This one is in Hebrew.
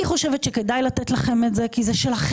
אני חושבת שכדאי לתת לכם את זה כי זה שלכם.